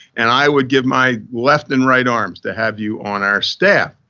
and i would give my left and right arm to have you on our staff.